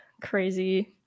crazy